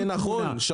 זה נכון,